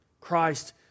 Christ